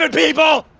ah people.